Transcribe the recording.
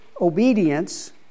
obedience